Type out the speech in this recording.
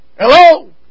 Hello